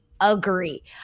agree